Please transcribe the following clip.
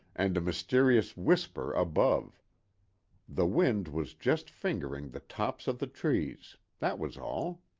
and a mysterious whisper above the wind was just fingering the tops of the trees that was all.